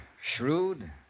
shrewd